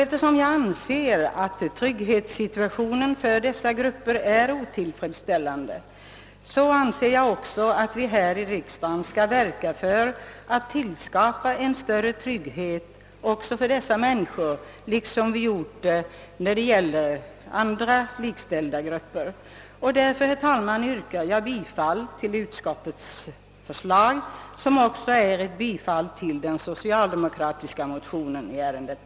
Eftersom trygghetssituationen för dessa grupper enligt min mening är otillfredsställande, anser jag att vi här i riksdagen skall verka för att skapa större trygghet för dem på samma sätt som vi gjort för andra liknande grupper. Därför, herr talman, yrkar jag bifall till utskottets hemställan, vilken innebär ett bifall till de socialdemokratiska motionerna i ärendet.